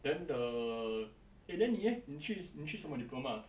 then the eh then 你 leh 你去你去什么 diploma ah